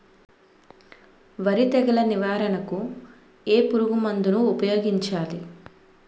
వరి తెగుల నివారణకు ఏ పురుగు మందు ను ఊపాయోగించలి?